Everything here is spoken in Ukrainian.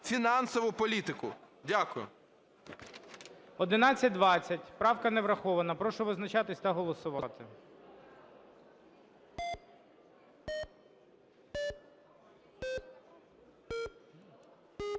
фінансову політику". Дякую. ГОЛОВУЮЧИЙ. 1120 правка не врахована. Прошу визначатись та голосувати.